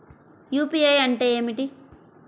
UPI అంటే ఏమిటీ?